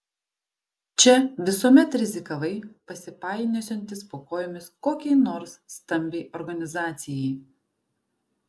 čia visuomet rizikavai pasipainiosiantis po kojomis kokiai nors stambiai organizacijai